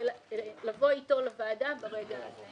לבוא איתו לוועדה ברגע הזה.